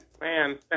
Man